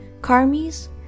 karmis